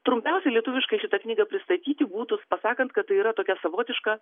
trumpiausiai lietuviškai šitą knygą pristatyti būtų pasakant kad yra tokia savotiška